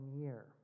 year